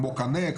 כמו קנה,